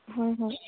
ꯍꯣꯏ ꯍꯣꯏ